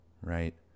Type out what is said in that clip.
Right